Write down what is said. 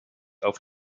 auf